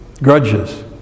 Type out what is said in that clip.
grudges